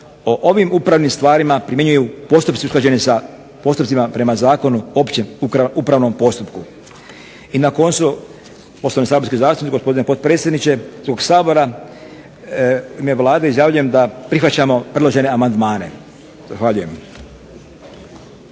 o ovim upravnim stvarima primjenjuju postupci usklađeni sa postupcima prema Zakonu o općem upravnom postupku. I na koncu … gospodine potpredsjedniče Hrvatskog sabora u ime Vlade izjavljujem da prihvaćamo predložene amandmane.